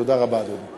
תודה רבה, אדוני.